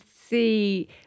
see